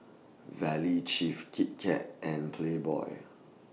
Valley Chef Kit Kat and Playboy